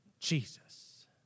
Jesus